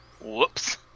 Whoops